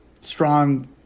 strong